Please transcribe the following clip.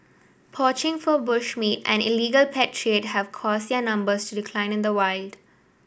poaching for bush meat and illegal pet trade have caused their numbers to decline in the wild